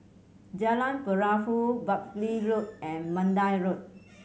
Jalan Perahu Buckley Road and Mandai Road